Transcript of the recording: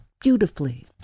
beautifully